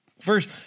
first